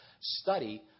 study